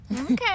Okay